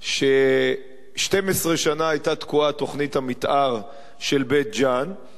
אני יכול להגיד לך ש-12 שנה היתה תוכנית המיתאר של בית-ג'ן תקועה,